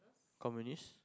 communist